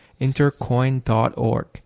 Intercoin.org